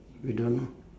we don't know